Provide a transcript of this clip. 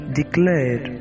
declared